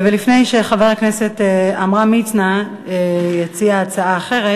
ולפני שחבר הכנסת עמרם מצנע יציע הצעה אחרת,